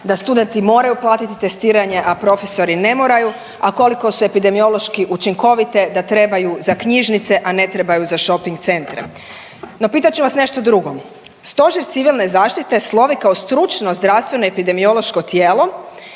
da studenti moraju platiti testiranje, a profesori ne moraju, a koliko su epidemiološki učinkovite da trebaju za knjižnice, a ne trebaju za šoping centre. No pitat ću vas nešto drugo, Stožer civilne zaštite slovi kao stručno zdravstveno epidemiološko tijelo